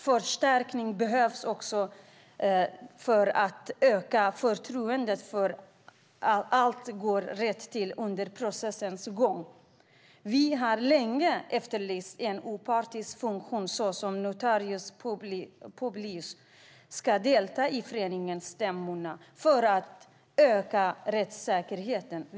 Förstärkningar behöver också göras för att öka förtroendet för att allt går rätt till under processens gång. Vi har länge efterlyst att en opartisk funktion såsom notarius publicus ska delta i föreningsstämmorna för att öka rättsäkerheten.